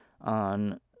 on